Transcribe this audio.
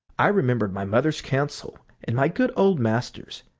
i remembered my mother's counsel and my good old master's,